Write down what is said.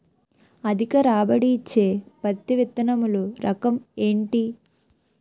అధిక రాబడి ఇచ్చే పత్తి విత్తనములు రకం ఏంటి?